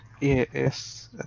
Yes